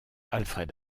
alfred